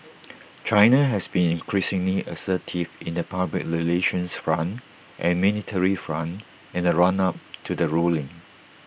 China has been increasingly assertive in the public relations front and military front in the run up to the ruling